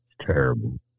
Terrible